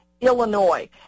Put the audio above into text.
Illinois